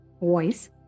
voice